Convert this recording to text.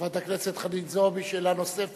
חברת הכנסת חנין זועבי, שאלה נוספת.